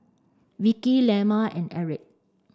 Vickey Lemma and Erick